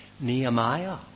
Nehemiah